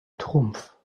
trumpf